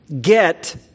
get